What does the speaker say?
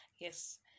Yes